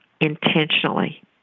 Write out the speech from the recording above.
intentionally